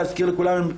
להזכיר לכולם,